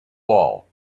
all